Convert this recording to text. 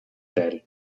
teil